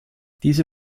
diese